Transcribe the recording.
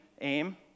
aim